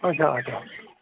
آچھا آچھا آچھا